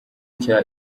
cya